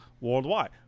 worldwide